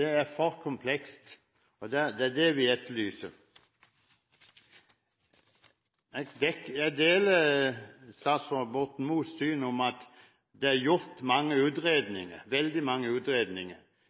Det er for komplekst, det er dette vi etterlyser. Jeg deler statsråd Borten Moes syn om at det er laget veldig mange utredninger,